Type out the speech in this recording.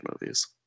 movies